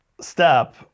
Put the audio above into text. step